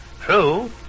True